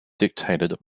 dictated